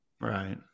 Right